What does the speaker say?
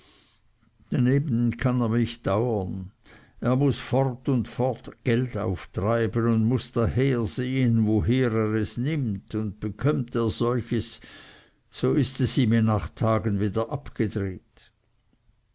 daneben kann er mich dauern er muß fort und fort geld auftreiben und muß daher sehen woher er es nimmt und bekömmt er solches so ist es ihm in acht tagen wieder abgedreht